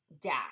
Dash